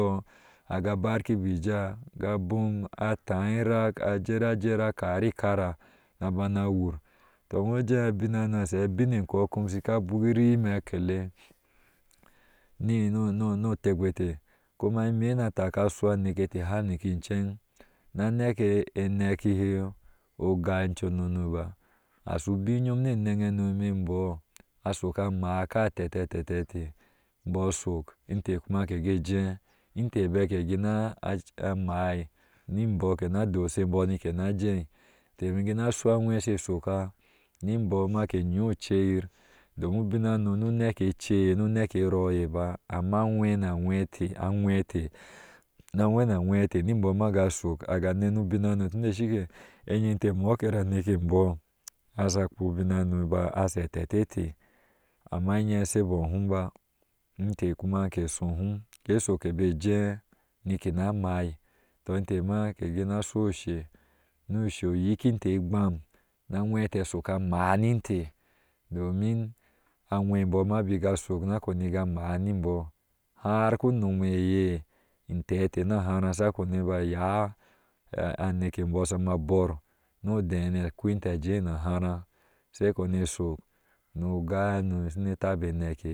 Aga barki bi ijaa aga jom a taa itaa irak aserajer akari ikara nabana wur, tɔ wuje abin hane na she abin ekɔɔ kom shika gwiri hime akele no tekpate kuma imeh na taka ashu aneke te har nike cen hake eneki he ogáá inceno ba, ashu ubin yom ne anaŋ hano embɔɔ asho kama ka tete tete tee, bɔɔ shu inteh kuma kege jee inte bakegina ammai nibɔɔ ke na joshe embɔɔ ni ke na jee intee bik kena shua agwe she shuka nibɔɔ make yi aceyir domin ubin hano nu nake ceye nuneke rɔɔye ba amma aŋwe na aŋwete na aŋwe naaŋwete niimbɔɔ aga nenu ubin hano tude shike ayeta muki iri aneke embɔɔ, ashe kpo ubin bano ba ashe a tete tee, ama anyee ashebɔɔhum intee kuma ke sohum ke sokebe jee nike na mai, tɔ intee make sina shu ushe nu ushi yikin inte igbamna aŋwete a shakameh ni inteh domin a ŋwe bɔɔ ma bika shok a go a maa ni imbɔɔ har ku unomueye intertahahasa shiga kpenaga ba ya aneke bɔɔ shana bɔɔno odee hano a kou inba ya anekebɔɔ shana bɔɔno odee hano akoo inte ajee nalara she kpene sho no ogaa heno shina taba na nekihe